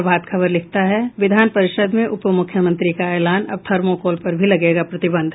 प्रभात खबर लिखता है विधान परिषद में उपमुख्यमंत्री का एलान अब थर्मोकोल पर भी लगेगा प्रतिबंध